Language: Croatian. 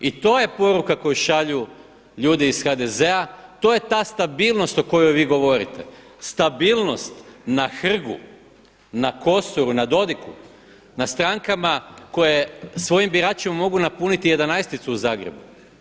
I to je poruka koju šalju ljudi iz HDZ-a, to je ta stabilnost o kojoj vi govorite, stabilnost na Hrgu, na Kosoru, na Dodigu, na strankama koje svojim biračima mogu napuniti jedanaesticu u Zagrebu.